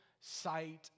sight